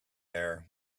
there